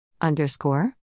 Underscore